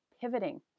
pivoting